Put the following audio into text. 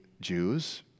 Jews